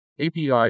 API